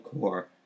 core